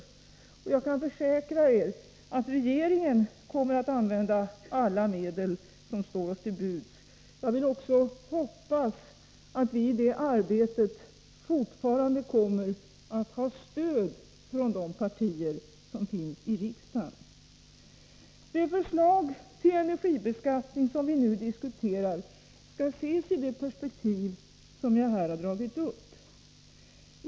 Jag kan försäkra er att regeringen kommer att använda alla medel som står till buds. Jag vill också hoppas att vi i det arbetet fortfarande kommer att ha stöd från de partier som finns i riksdagen. Det förslag till energibeskattning som vi nu diskuterar skall ses i det perspektiv som jag här har dragit upp.